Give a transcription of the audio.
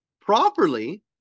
Properly